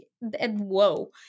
whoa